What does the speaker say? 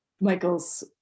Michael's